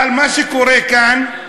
אבל מה שקורה כאן,